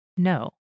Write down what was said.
No